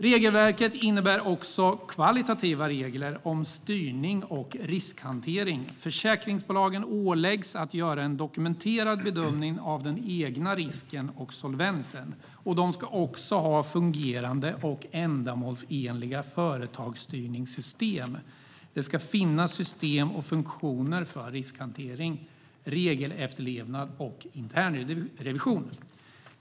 Regelverket innebär också kvalitativa regler om styrning och riskhantering. Försäkringsbolagen åläggs att göra en dokumenterad bedömning av den egna risken och solvensen. De ska också ha fungerande och ändamålsenliga företagsstyrningssystem. Det ska finnas system och funktioner för riskhantering, regelefterlevnad och internrevision.